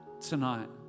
tonight